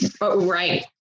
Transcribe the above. Right